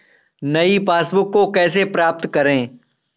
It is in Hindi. नई पासबुक को कैसे प्राप्त करें?